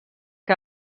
que